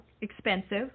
expensive